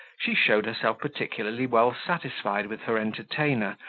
she showed herself particularly well satisfied with her entertainer,